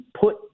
put